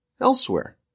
elsewhere